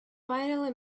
finally